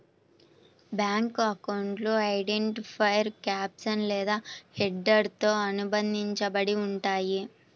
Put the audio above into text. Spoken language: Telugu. బ్యేంకు అకౌంట్లు ఐడెంటిఫైయర్ క్యాప్షన్ లేదా హెడర్తో అనుబంధించబడి ఉంటయ్యి